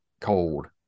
cold